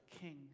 King